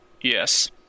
Yes